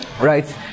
right